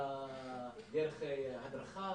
הדרכה,